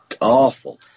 awful